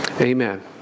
Amen